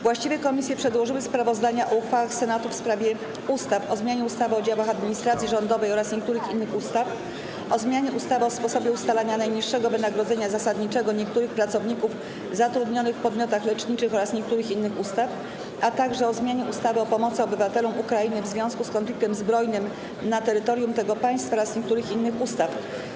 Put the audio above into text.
Właściwe komisje przedłożyły sprawozdania o uchwałach Senatu w sprawie ustaw: - o zmianie ustawy o działach administracji rządowej oraz niektórych innych ustaw, - o zmianie ustawy o sposobie ustalania najniższego wynagrodzenia zasadniczego niektórych pracowników zatrudnionych w podmiotach leczniczych oraz niektórych innych ustaw, - o zmianie ustawy o pomocy obywatelom Ukrainy w związku z konfliktem zbrojnym na terytorium tego państwa oraz niektórych innych ustaw.